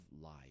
life